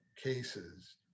Cases